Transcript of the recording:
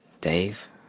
Dave